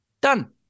Done